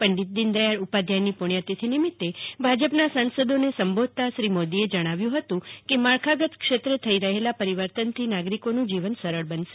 પંડિત દીનદયાળ ઉપાધ્યાયની પુણ્યતિથિ નિમિત્તે ભાજપના સાંસદોને સંબોધતા શ્રી મોદીએ જણાવ્યું હતું કે માળખાગત ક્ષેત્રે થઈ રહેલા પરિવર્તનથી નાગરિકોનું જીવન સરળ બનશે